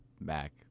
back